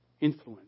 influence